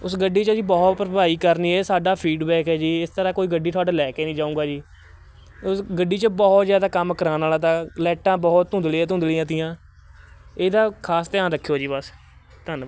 ਉਸ ਗੱਡੀ 'ਚ ਜੀ ਬਹੁਤ ਭਰਵਾਈ ਕਰਨੀ ਏ ਸਾਡਾ ਫੀਡਬੈਕ ਹੈ ਜੀ ਇਸ ਤਰ੍ਹਾਂ ਕੋਈ ਗੱਡੀ ਤੁਹਾਡੇ ਲੈ ਕੇ ਨਹੀਂ ਜਾਊਂਗਾ ਜੀ ਉਸ ਗੱਡੀ 'ਚ ਬਹੁਤ ਜ਼ਿਆਦਾ ਕੰਮ ਕਰਵਾਉਣ ਵਾਲਾ ਤਾ ਲੈਟਾਂ ਬਹੁਤ ਧੁੰਦਲੀਆਂ ਧੁੰਦਲੀਆਂ ਤੀਆਂ ਇਹਦਾ ਖਾਸ ਧਿਆਨ ਰੱਖਿਓ ਜੀ ਬਸ ਧੰਨ